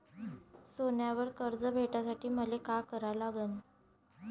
सोन्यावर कर्ज भेटासाठी मले का करा लागन?